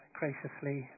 graciously